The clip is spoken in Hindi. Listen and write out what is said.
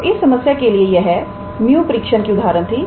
तो इस समस्या के लिए यह 𝜇 परीक्षण 𝜇 test की उदाहरण थी